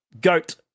Goat